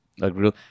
agreed